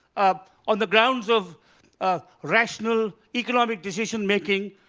on the grounds of rational economic decision-making,